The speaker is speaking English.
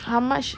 how much